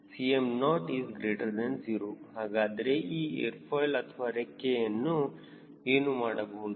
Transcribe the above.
𝐶mO 0 ಹಾಗಾದರೆ ಈ airfoil ಅಥವಾ ರೆಕ್ಕೆಯನ್ನು ಏನು ಮಾಡಬಹುದು